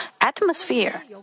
atmosphere